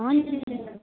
हो नि